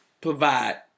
provide